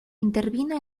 intervino